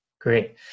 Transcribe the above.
great